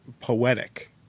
poetic